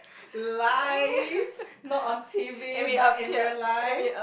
live not on T_V but in real life